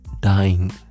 Dying